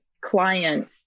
client